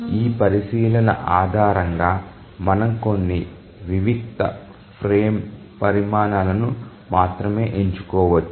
ఈ పరిశీలన ఆధారంగా మనం కొన్ని వివిక్త ఫ్రేమ్ పరిమాణాలను మాత్రమే ఎంచుకోవచ్చు